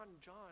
John